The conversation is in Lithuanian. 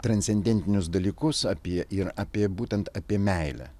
transcendentinius dalykus apie ir apie būtent apie meilę